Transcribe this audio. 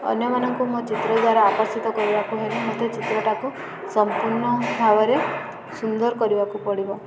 ଅନ୍ୟମାନଙ୍କୁ ମୋ ଚିତ୍ର ଦ୍ୱାରା ଆକର୍ଷିତ କରିବାକୁ ହେଲେ ମତେ ଚିତ୍ରଟାକୁ ସମ୍ପୂର୍ଣ୍ଣ ଭାବରେ ସୁନ୍ଦର କରିବାକୁ ପଡ଼ିବ